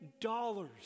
dollars